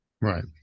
Right